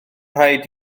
rhaid